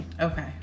okay